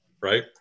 Right